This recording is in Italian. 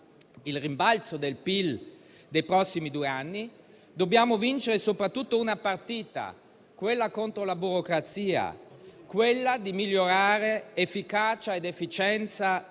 il rimbalzo del PIL nei prossimi due anni, dobbiamo vincere soprattutto una partita: quella contro la burocrazia, per migliorare efficacia ed efficienza